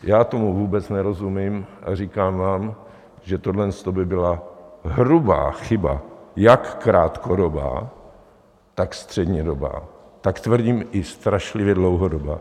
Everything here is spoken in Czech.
Já tomu vůbec nerozumím a říkám vám, že tohleto by byla hrubá chyba jak krátkodobá, tak střednědobá, tak tvrdím, i strašlivě dlouhodobá.